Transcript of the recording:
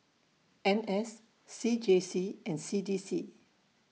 N S C J C and C D C